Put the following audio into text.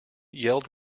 yelled